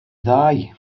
ddau